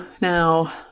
now